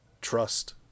trust